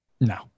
No